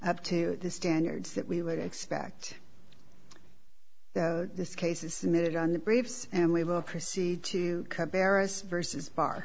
up to the standards that we would expect this case is submitted on the braves and we will proceed to cut barris versus bar